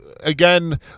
Again